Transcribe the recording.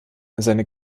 seine